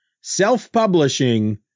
Self-Publishing